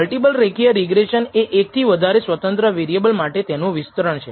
multiple રેખીય regression એ એકથી વધારે સ્વતંત્ર વેરિએબલ માટે તેનું વિસ્તરણ છે